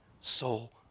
soul